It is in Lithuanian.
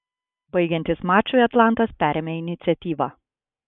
baigiantis mačui atlantas perėmė iniciatyvą